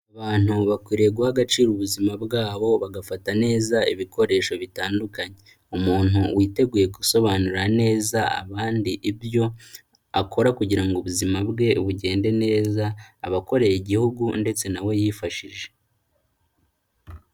Abantu bakwiriye guha agaciro ubuzima bwabo bagafata neza ibikoresho bitandukanye, umuntu witeguye gusobanura neza abandi ibyo, akora kugira ngo ubuzima bwe bugende neza, aba akoreraye igihugu ndetse na we yifashije.